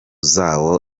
zabo